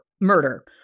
murder